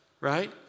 right